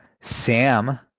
Sam